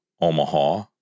omaha